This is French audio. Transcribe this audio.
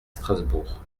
strasbourg